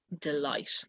Delight